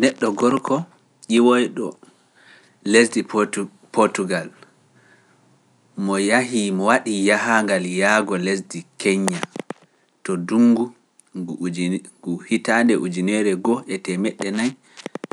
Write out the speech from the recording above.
Neɗɗo gorko ƴiwoyɗo lesdi Potugal mo yahii mo waɗi yahagal yaago lesdi Keña to ndungu hitaande ujunere goo e temeɗe nay